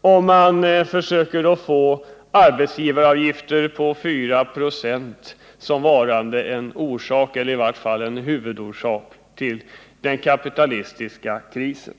om man försöker framställa arbetsgivaravgifter på 4 96 som orsak eller i varje fall som en huvudorsak till den kapitalistiska krisen.